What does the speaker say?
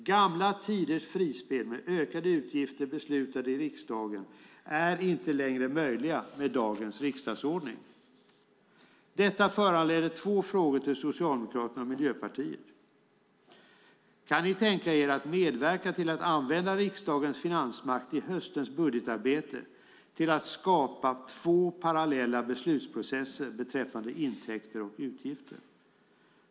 Gamla tiders frispel med ökade utgifter beslutade i riksdagen är inte längre möjliga med dagens riksdagsordning. Detta föranleder två frågor till Socialdemokraterna och Miljöpartiet. För det första: Kan ni tänka er att medverka till att använda riksdagens finansmakt i höstens budgetarbete till att skapa två parallella beslutsprocesser beträffande intäkter och utgifter?